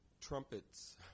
trumpets